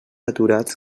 aturats